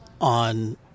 on